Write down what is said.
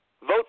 vote